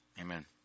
Amen